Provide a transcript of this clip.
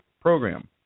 program